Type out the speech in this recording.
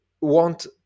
want